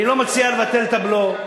אני לא מציע לבטל את הבלו.